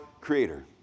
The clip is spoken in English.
Creator